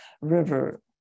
river